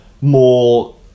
More